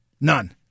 None